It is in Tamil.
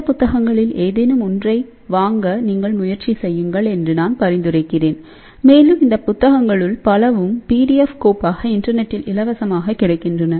இந்த புத்தகங்களில் ஏதேனும் ஒன்றை வாங்க நீங்கள் முயற்சி செய்யுங்கள் என்று நான் பரிந்துரைக்கிறேன் மேலும் இந்த புத்தகங்களுள் பலவும் PDF கோப்பாக இன்டர்நெட்டில் இலவசமாகக் கிடைக்கின்றன